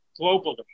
globally